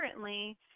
currently